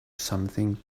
something